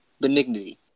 benignity